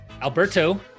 Alberto